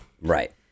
right